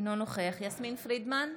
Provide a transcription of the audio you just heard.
אינו נוכח יסמין פרידמן,